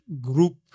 group